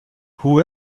who